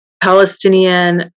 Palestinian